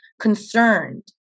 concerned